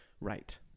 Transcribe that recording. Right